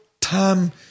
time